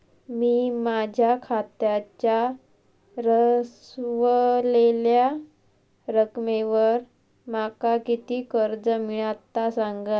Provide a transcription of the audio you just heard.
मी माझ्या खात्याच्या ऱ्हवलेल्या रकमेवर माका किती कर्ज मिळात ता सांगा?